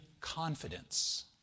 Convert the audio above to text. confidence